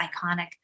iconic